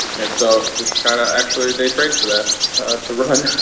and so this kind of actually, they train for that to run